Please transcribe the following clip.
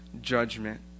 judgment